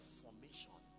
formation